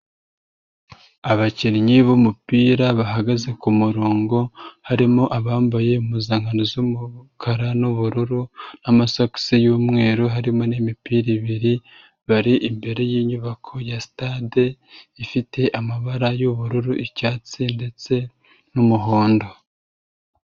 Abakinnyi b'umupira bahagaze ku murongo, harimo abambaye impuzankano z'umukara n'ubururu n'amasogise y'umweru, harimo n'imipira ibiri, bari imbere y'inyubako ya sitade ifite amabara y'ubururu, icyatsi ndetse n'umuhondo.